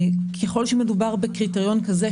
ככל שמדובר בקריטריון כזה,